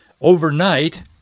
Overnight